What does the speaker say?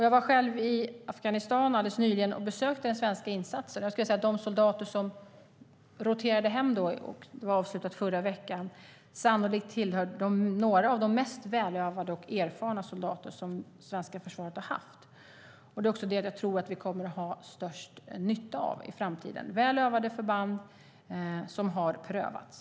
Jag var nyligen i Afghanistan och besökte den svenska insatsen. De soldater som roterade hem, med avslut i förra veckan, tillhörde sannolikt de mest välövade och erfarna soldater som svenska försvaret har haft. Det är vad vi kommer att ha störst nytta av i framtiden. Det ska vara väl övade förband som har prövats.